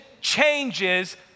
changes